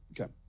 okay